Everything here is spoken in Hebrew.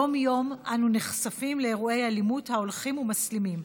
יום-יום אנו נחשפים לאירועי אלימות ההולכים ומסלימים.